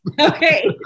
Okay